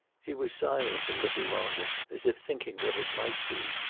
he was silent a little longer, as if thinking what it might be.